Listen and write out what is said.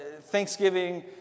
Thanksgiving